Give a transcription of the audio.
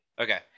Okay